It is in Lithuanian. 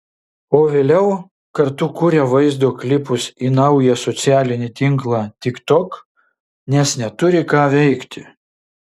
o vėliau kartu kuria vaizdo klipus į naują socialinį tinklą tiktok nes neturi ką veikti